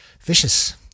vicious